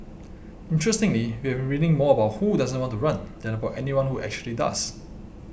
interestingly we have been reading more about who doesn't want to run than about anyone who actually does